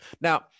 now